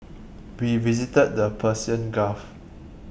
we visited the Persian Gulf